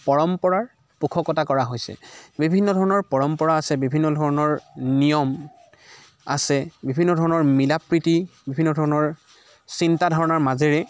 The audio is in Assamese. পৰম্পৰাৰ পুষকতা কৰা হৈছে বিভিন্ন ধৰণৰ পৰম্পৰা আছে বিভিন্ন ধৰণৰ নিয়ম আছে বিভিন্ন ধৰণৰ মিলাপ্ৰীতি বিভিন্ন ধৰণৰ চিন্তা ধাৰণাৰ মাজেৰে